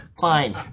fine